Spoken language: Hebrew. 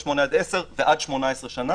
8 עד 10 ועד 18 שנה,